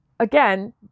again